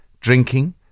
drinking